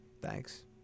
Thanks